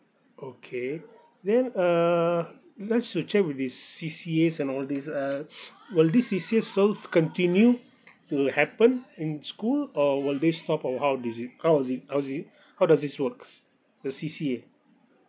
okay then err last is to check with the C_C_As and all this uh will this C_C_A still continue to happen in school or will this stop or how is it how was it how is it how does this works the C_C_A